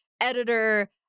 editor